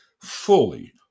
Fully